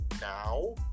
now